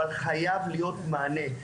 אבל חייב להיות מענה.